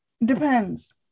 Depends